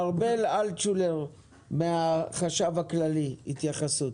ארבל אלטשולר, החשב הכללי, התייחסות.